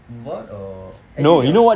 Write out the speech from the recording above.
move out or actually